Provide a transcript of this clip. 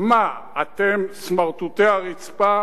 מה, אתם סמרטוטי הרצפה